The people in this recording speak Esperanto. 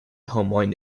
homojn